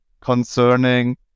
concerning